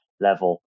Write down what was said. level